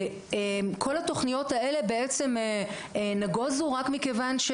וכל התוכניות האלה בעצם נגוזו רק מכיוון,